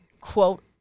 quote